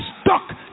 stuck